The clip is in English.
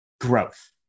growth